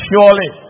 Surely